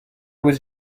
was